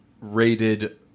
rated